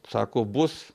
sako bus